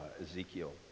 Ezekiel